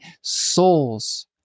souls